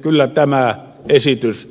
kyllä tämä esitys